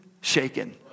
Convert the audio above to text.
shaken